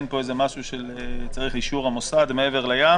איך פה משהו שמצריך את אישור המוסד או מעבר לים,